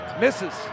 misses